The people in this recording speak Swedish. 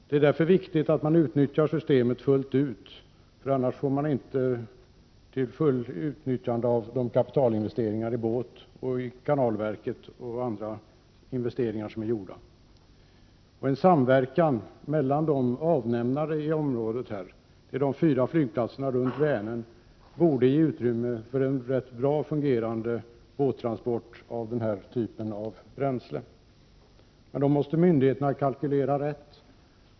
Därför är det viktigt att man utnyttjar systemet fullt ut — annars kan man inte helt tillgodogöra sig kapitalinvesteringarna i båten och kanalverket och inte heller andra investeringar som gjorts. En samverkan mellan avnämarna i området — det är de fyra flygplatserna runt Vänern — borde ge utrymme för en rätt väl fungerande båttransport av den här typen av bränsle. Men då måste myndigheterna kalkylera rätt.